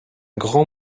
grand